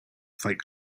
fight